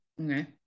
Okay